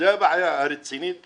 זו הבעיה הרצינית ביותר.